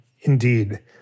indeed